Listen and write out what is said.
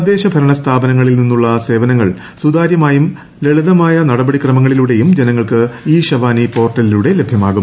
തദ്ദേശ ഭരണ സ്ഥാപനങ്ങളിൽ നിന്നുള്ള സേവനങ്ങൾ സുതാര്യമായും ലളിതമായ നടപടിക്രമങ്ങളിലൂടേയും ജനങ്ങൾക്ക് ഇ ഷവാനി പോർട്ടലിലൂടെ ലഭ്യമാകും